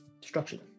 destruction